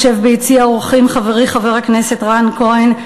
יושב ביציע האורחים חברי חבר הכנסת רן כהן,